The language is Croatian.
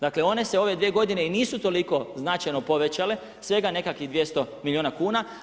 Dakle, one se u ove dvije godine i nisu toliko značajno povećale, svega nekakvih 200 milijuna kuna.